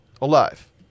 Alive